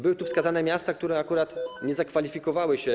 Były tu wskazane miasta, które akurat nie zakwalifikowały się.